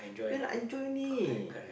then I don't need